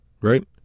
right